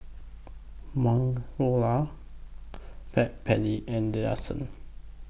Magnolia Backpedic and Delsey